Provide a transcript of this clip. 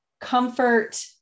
comfort